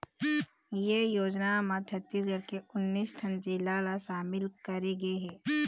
ए योजना म छत्तीसगढ़ के उन्नीस ठन जिला ल सामिल करे गे हे